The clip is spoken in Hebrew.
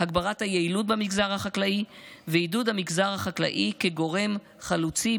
הגברת היעילות במגזר החקלאי ועידוד המגזר החקלאי כגורם חלוצי,